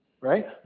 right